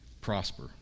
prosper